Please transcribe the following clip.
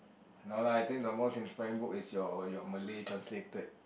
no lah I think the most inspiring book is your Malay translated